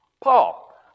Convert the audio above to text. Paul